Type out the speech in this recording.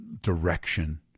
direction